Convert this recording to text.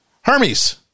Hermes